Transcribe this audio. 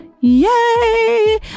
yay